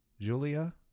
Julia